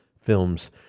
films